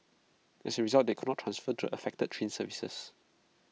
as A result they could not transfer the affected train services